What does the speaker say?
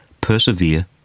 Persevere